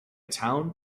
town